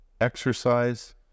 exercise